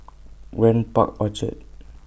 Grand Park Orchard